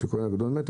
כשהכהן הגדול מת,